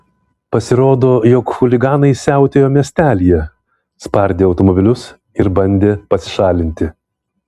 pasirodo jog chuliganai siautėjo miestelyje spardė automobilius ir bandė pasišalinti